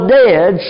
dead